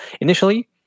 initially